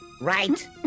Right